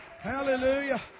Hallelujah